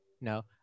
No